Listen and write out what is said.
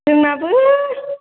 जोंनाबो